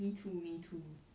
me too me too